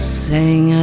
sing